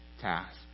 task